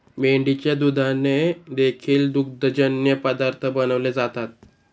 मेंढीच्या दुधाने देखील दुग्धजन्य पदार्थ बनवले जातात